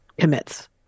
Commits